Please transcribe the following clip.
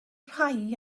rhai